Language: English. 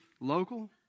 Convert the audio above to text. local